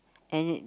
and in